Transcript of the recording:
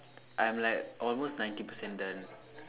I'm like almost ninety percent done